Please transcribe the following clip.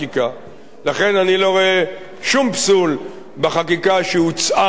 לכן אני לא רואה שום פסול בחקיקה שהוצעה לפני